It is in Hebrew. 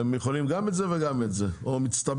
הם יכולים גם את זה וגם את זה, או מצטבר.